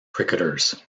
cricketers